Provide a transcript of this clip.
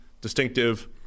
distinctive